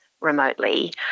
remotely